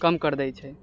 कम करि दै छै